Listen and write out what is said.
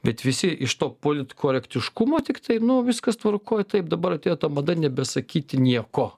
bet visi iš to politkorektiškumo tiktai nu viskas tvarkoj taip dabar atėjo mada nebesakyti nieko